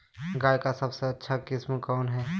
गाय का सबसे अच्छा किस्म कौन हैं?